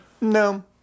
No